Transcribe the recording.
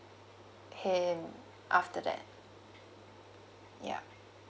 him after that yeah